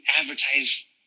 advertise